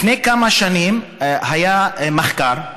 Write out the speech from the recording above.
לפני כמה שנים היה מחקר,